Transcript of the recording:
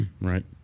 Right